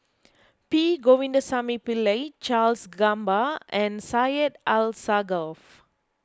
P Govindasamy Pillai Charles Gamba and Syed Alsagoff